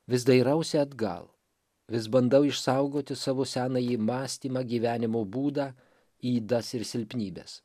vis dairausi atgal vis bandau išsaugoti savo senąjį mąstymą gyvenimo būdą ydas ir silpnybes